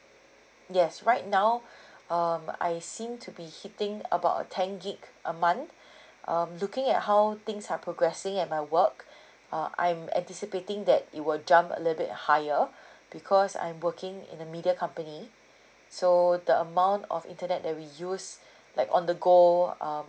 yes right now um I seem to be hitting about ten gig a month um looking at how things are progressing at my work uh I'm anticipating that it will jump a little bit higher because I'm working in a media company so the amount of internet that we use like on the go um